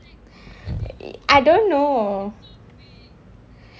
I don't know